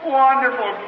wonderful